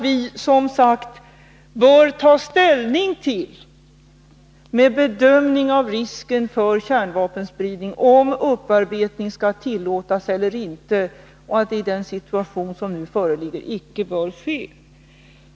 Vi bör som sagt, med bedömning av risken för kärnvapenspridning, ta ställning till om upparbetning skall tillåtas eller inte och att det i den situation som nu föreligger icke bör ske.